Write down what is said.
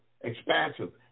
expansive